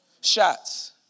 shots